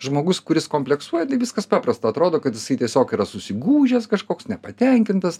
žmogus kuris kompleksuoja tai viskas paprasta atrodo kad jisai tiesiog yra susigūžęs kažkoks nepatenkintas